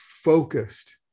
focused